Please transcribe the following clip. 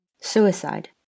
suicide